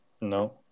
No